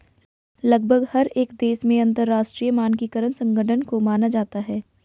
लगभग हर एक देश में अंतरराष्ट्रीय मानकीकरण संगठन को माना जाता है